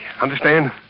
Understand